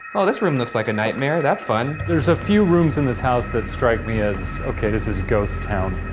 ah this room looks like a nightmare, that's fun. there's a few rooms in this house that strike me as okay, this is a ghost town,